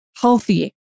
healthy